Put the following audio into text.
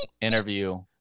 interview